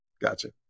Gotcha